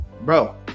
bro